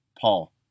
Paul